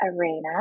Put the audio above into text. arena